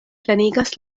plenigas